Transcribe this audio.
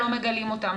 לא מגלים אותם,